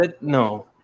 No